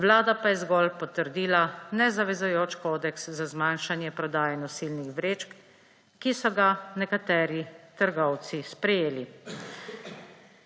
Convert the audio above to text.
Vlada pa je zgolj potrdila nezavezujoč kodeks za zmanjšanje prodaje nosilnih vrečk, ki so ga nekateri trgovci sprejeli.